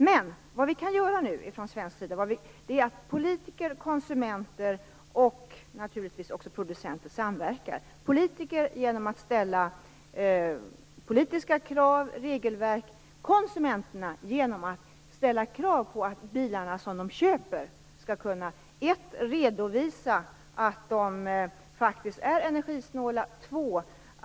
Vad som nu kan göras från svensk sida är att politiker, konsumenter och, naturligtvis, producenter samverkar - politiker genom att ställa politiska krav och genom regelverk och konsumenterna genom att ställa krav på att bilar som de köper skall för det första kunna visa att de faktiskt är energisnåla.